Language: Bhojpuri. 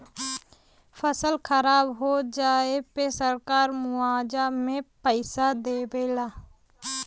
फसल खराब हो जाये पे सरकार मुआवजा में पईसा देवे ला